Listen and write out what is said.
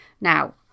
Now